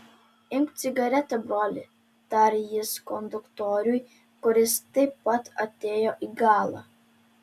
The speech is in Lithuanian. imk cigaretę broli tarė jis konduktoriui kuris taip pat atėjo į galą